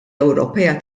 ewropea